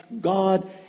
God